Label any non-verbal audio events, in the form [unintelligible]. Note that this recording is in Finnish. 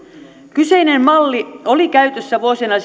kyseinen malli oli käytössä vuosina [unintelligible]